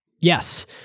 Yes